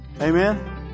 Amen